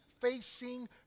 facing